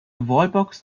wallbox